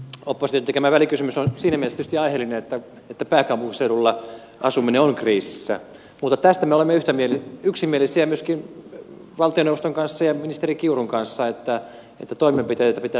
opposition tekemä välikysymys on siinä mielessä tietysti aiheellinen että pääkaupunkiseudulla asuminen on kriisissä mutta tästä me olemme yksimielisiä myöskin valtioneuvoston kanssa ja ministeri kiurun kanssa että toimenpiteitä tarvitsee tehdä